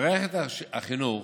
מערכת החינוך